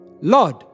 Lord